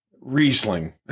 Riesling